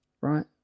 right